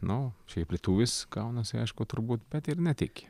nu šiaip lietuvis gaunasi aišku turbūt bet ir ne tik